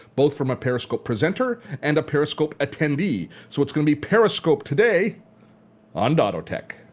both from a periscope presenter and a periscope attendee. so it's going to be periscope today on dottotech.